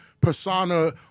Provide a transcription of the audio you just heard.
persona